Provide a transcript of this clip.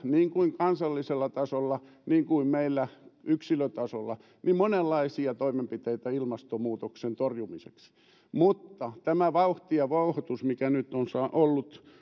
niin kuin kansallisella tasolla niin kuin meillä yksilötasolla on järkevää tehdä monenlaisia toimenpiteitä ilmastonmuutoksen torjumiseksi mutta tämä vauhti ja vouhotus mikä nyt on ollut